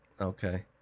okay